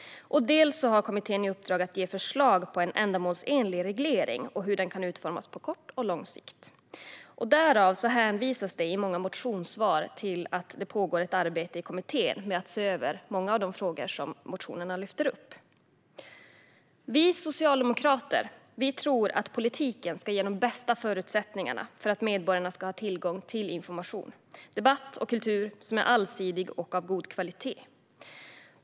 Dels har kommittén i uppdrag att ge förslag på en ändamålsenlig reglering och hur den kan utformas på kort och lång sikt. Därav hänvisas det i många motionssvar till att ett arbete pågår i kommittén med att se över många av de frågor som motionerna lyfter upp. Vi socialdemokrater tror att politiken ska ge de bästa förutsättningarna för att medborgarna ska ha tillgång till information, debatt och kultur som är allsidig och av god kvalitet.